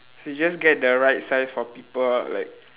should just get the right size for people like